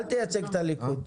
אל תייצג את הליכוד.